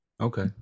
Okay